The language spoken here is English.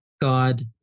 God